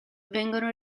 vengono